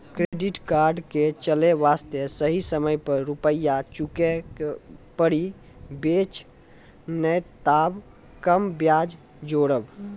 Credit card के चले वास्ते सही समय पर रुपिया चुके के पड़ी बेंच ने ताब कम ब्याज जोरब?